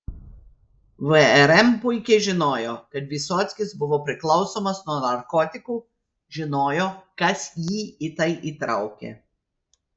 vrm puikiai žinojo kad vysockis buvo priklausomas nuo narkotikų žinojo kas jį į tai įtraukė